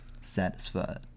satisfied